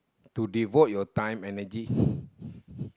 to devote your time energy